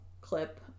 clip